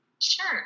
Sure